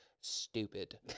stupid